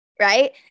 Right